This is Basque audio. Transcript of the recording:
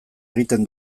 egiten